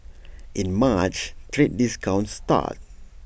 in March trade discussions start